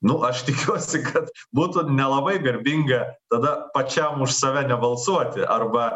nu aš tikiuosi kad būtų nelabai garbinga tada pačiam už save nebalsuoti arba